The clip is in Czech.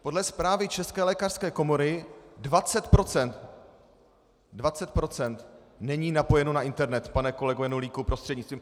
Podle zprávy České lékařské komory 20 procent 20 procent není napojeno na internet, pane kolego Janulíku prostřednictvím...